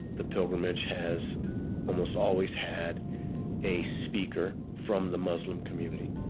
the pilgrimage has almost always had a speaker from the muslim community